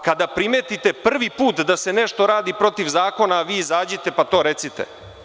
Kada primetite prvi put da se nešto radi protiv zakona, a vi izađite pa to recite.